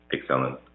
excellent